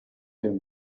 him